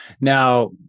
Now